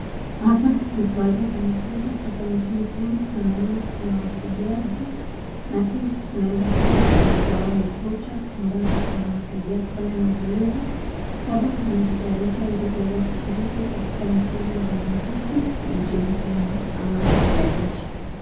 Hapa ni kiwanja cha mchezo hapa nchini Kenya na naona wakimbiaji na pia kunaweza kuwa moja wao ni kocha ambaye anawasaidia kufanya mazoezi na wanajitayarisha ili kuweza kushiriki katika mchezo wa olimpiki nchini Kenya ama nje ya nchi.